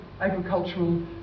agricultural